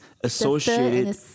associated